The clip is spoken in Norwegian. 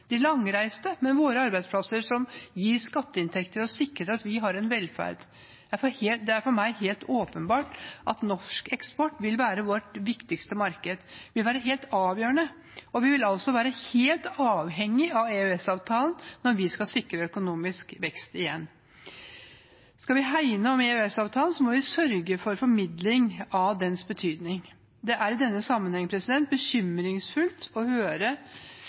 de kortreiste, de langreiste – våre arbeidsplasser som gir skatteinntekter, og sikrer at vi har en velferd. Det er for meg helt åpenbart at norsk eksport vil være vårt viktigste marked. Det vil være helt avgjørende, og vi vil være helt avhengige av EØS-avtalen når vi skal sikre økonomisk vekst igjen. Skal vi hegne om EØS-avtalen, må vi sørge for formidling av dens betydning. Det er i den sammenheng bekymringsfullt å høre